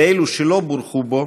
באלו שלא בורכו בו,